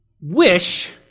wish